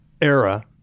era